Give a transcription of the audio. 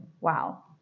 Wow